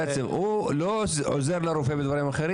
הוא לא עוזר לרופא בדברים אחרים.